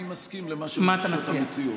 אני מסכים למה שיגידו המציעות.